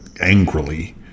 angrily